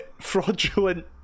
fraudulent